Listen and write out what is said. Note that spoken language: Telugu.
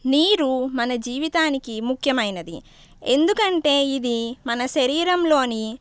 నీరు మన జీవితానికి ముఖ్యమైనది ఎందుకంటే ఇది మన శరీరంలోని